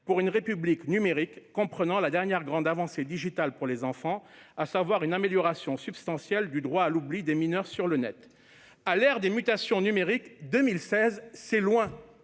pour une République numérique, comprenant la dernière grande avancée digitale pour les enfants, à savoir une amélioration substantielle du droit à l'oubli des mineurs sur le Net. À l'ère des mutations numériques, 2016, c'est très loin !